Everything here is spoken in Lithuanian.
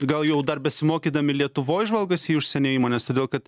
gal jau dar besimokydami lietuvoj žvalgosi į užsienio įmones todėl kad